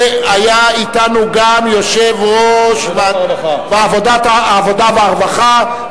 והיה אתנו גם יושב-ראש ועדת העבודה והרווחה,